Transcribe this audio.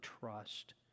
trust